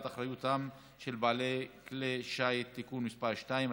אחריותם של בעלי כלי שיט) (תיקון מס' 2),